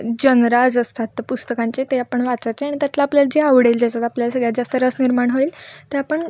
जनराज असतात त पुस्तकांचे ते आपण वाचायचे आणि त्यातलं आपल्याला जे आवडेल ज्याच्यात आपल्याला सगळ्यात जास्त रस निर्माण होईल ते आपण